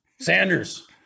Sanders